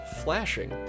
flashing